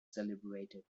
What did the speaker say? celebrated